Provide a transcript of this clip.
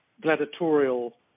gladiatorial